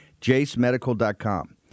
JaceMedical.com